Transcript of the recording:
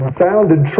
founded